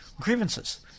grievances